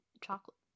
chocolate